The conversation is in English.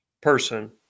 person